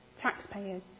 Taxpayers